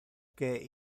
que